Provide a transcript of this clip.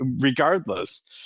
regardless